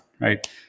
right